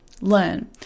learn